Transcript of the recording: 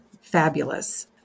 fabulous